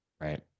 Right